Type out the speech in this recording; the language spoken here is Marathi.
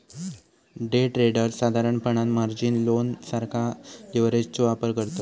डे ट्रेडर्स साधारणपणान मार्जिन लोन सारखा लीव्हरेजचो वापर करतत